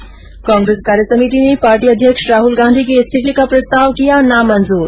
् कांग्रेस कार्य समिति ने पार्टी अध्यक्ष राहुल गांधी के इस्तीफे का प्रस्ताव किया नामंजूर